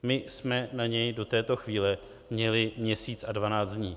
My jsme na něj do této chvíle měli měsíc a 12 dní.